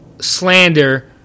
slander